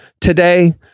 today